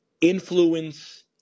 influence